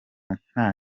nta